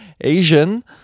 Asian